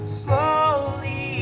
slowly